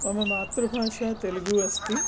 मम मातृभाषा तेलुगु अस्ति